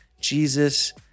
Jesus